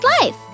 Life